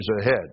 ahead